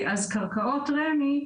רמ"י.